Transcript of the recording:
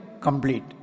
complete